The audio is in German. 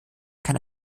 kann